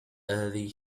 early